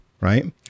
right